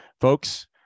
folks